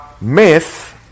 myth